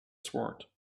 sword